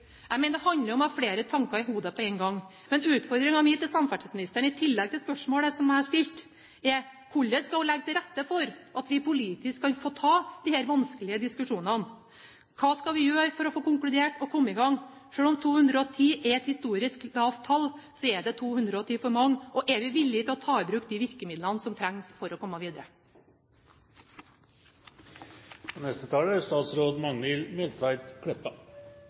Jeg mener at det er feil. Jeg mener det handler om å ha flere tanker i hodet på en gang. Men utfordringen min til samferdselsministeren, i tillegg til spørsmålet som jeg har stilt, er: Hvordan vil samferdselsministeren legge til rette for at vi politisk kan få tatt disse vanskelige diskusjonene, og hva skal vi gjøre for å få konkludert og komme i gang? Selv om 210 er et historisk lavt tall, er det 210 for mange, og er vi villig til å ta i bruk de virkemidlene som trengs for å komme videre?